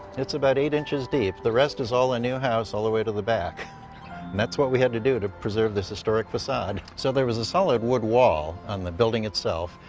it's about eight inches deep. the rest is all a new house all the way to the back. and that's what we had to do to preserve this historic facade. so there was a solid wood wall on the building itself.